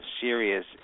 serious